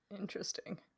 Interesting